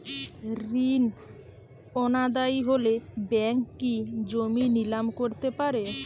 ঋণ অনাদায়ি হলে ব্যাঙ্ক কি জমি নিলাম করতে পারে?